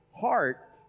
heart